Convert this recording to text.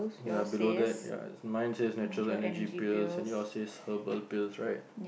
ya below that ya mine says natural Energy Pills and yours says herbal pills right